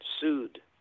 sued